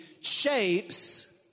shapes